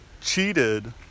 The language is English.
cheated